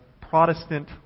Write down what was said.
Protestant